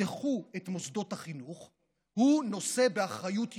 תפתחו את מוסדות החינוך, הוא נושא באחריות ישירה.